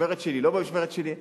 במשמרת שלי או לא במשמרת שלי,